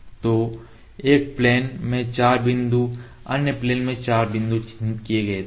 तो एक प्लेन में 4 बिंदु अन्य प्लेन में 4 बिंदु चिह्नित किए गए थे